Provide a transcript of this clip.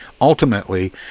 Ultimately